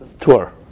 tour